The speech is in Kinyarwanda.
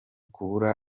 kubura